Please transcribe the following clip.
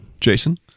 Jason